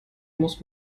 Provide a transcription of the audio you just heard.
muss